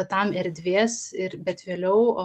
tam erdvės ir bet vėliau